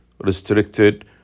restricted